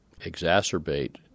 exacerbate